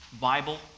Bible